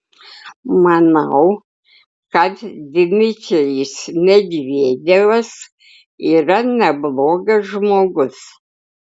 manau kad dmitrijus medvedevas yra neblogas žmogus